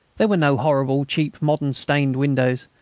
there were no horrible cheap modern stained windows,